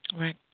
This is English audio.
Right